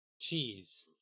cheese